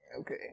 Okay